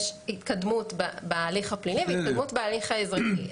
יש התקדמות בהליך הפלילי והתקדמות בהליך האזרחי.